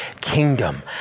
kingdom